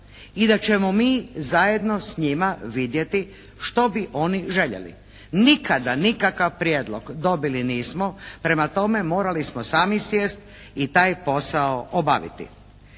i da ćemo mi zajedno s njima vidjeti što bi oni željeli. Nikada nikakav prijedlog dobili nismo, prema tome morali smo sami sjesti i taj posao obaviti.